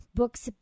books